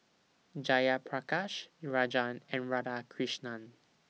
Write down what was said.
Jayaprakash Rajan and Radhakrishnan